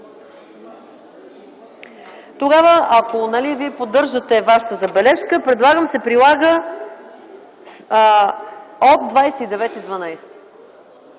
Тогава, ако Вие поддържате Вашата забележка, предлагам: „се прилага от 29.12”.